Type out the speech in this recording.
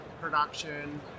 production